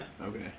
Okay